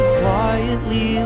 quietly